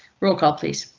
roll call please.